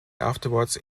afterwards